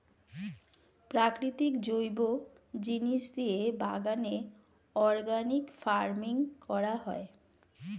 প্রাকৃতিক জৈব জিনিস দিয়ে বাগানে অর্গানিক ফার্মিং করা হয়